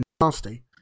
nasty